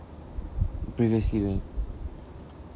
previously